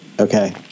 Okay